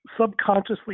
subconsciously